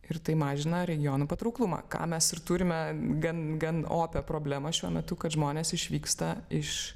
ir tai mažina regionų patrauklumą ką mes ir turime gan gan opią problemą šiuo metu kad žmonės išvyksta iš